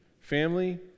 family